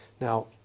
Now